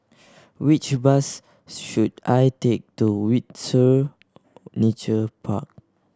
which bus should I take to Windsor Nature Park